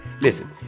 listen